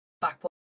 back